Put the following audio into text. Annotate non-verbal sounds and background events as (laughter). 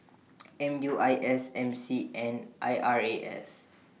(noise) M U I S M C and I R A S